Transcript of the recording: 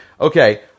Okay